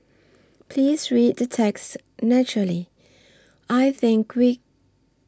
please read the text naturally I think we